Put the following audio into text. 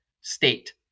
state